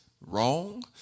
wrong